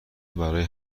برای